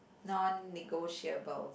non negotiable